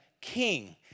king